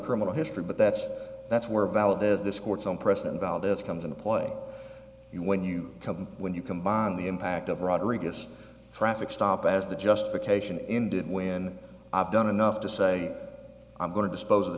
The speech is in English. criminal history but that's that's where valdez this court's on preston valdez comes into play when you come when you combine the impact of rodriguez traffic stop as the justification ended when i've done enough to say i'm going to dispose of the